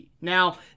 Now